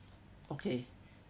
okay